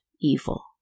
evil